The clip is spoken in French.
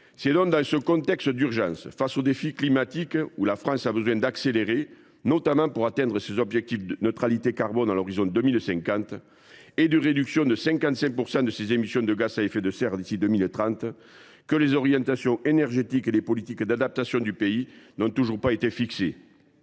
exécutif. Dans ce contexte d’urgence et face aux défis climatiques, la France a besoin d’accélérer, notamment pour atteindre ses objectifs de neutralité carbone à l’horizon 2050 et de réduction de 55 % de ses émissions de gaz à effet de serre d’ici à 2030. Or les orientations énergétiques et les politiques d’adaptation du pays n’ont toujours pas été fixées.